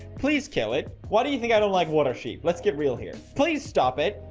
please kill it. why do you think? i don't like what are sheep. let's get real here. please stop it.